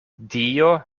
dio